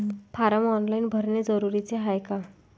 Form online भरने जरुरीचे हाय का?